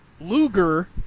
Luger